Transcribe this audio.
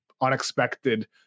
unexpected